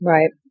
Right